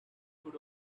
could